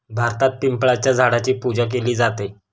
भारतात पिंपळाच्या झाडाची पूजा केली जाते